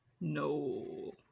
No